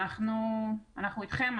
אנחנו אתכם.